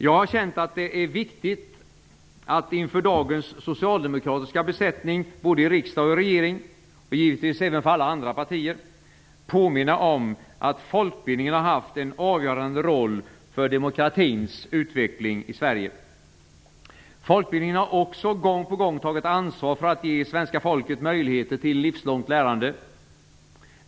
Jag har känt att det är viktigt att inför dagens socialdemokratiska besättning både i riksdag och i regering - och givetvis även inför alla andra partier - påminna om att folkbildningen har haft en avgörande roll för demokratins utveckling i Sverige. Folkbildningen har också gång på gång tagit ansvar för att ge svenska folket möjligheter till livslångt lärande.